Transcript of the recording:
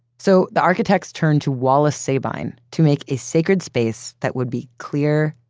so, the architects turned to wallace sabine to make a sacred space that would be clear,